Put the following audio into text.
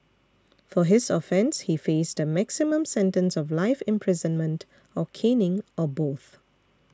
for his offence he faced a maximum sentence of life imprisonment or caning or both